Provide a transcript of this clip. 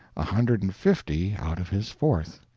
a hundred and fifty out of his fourth.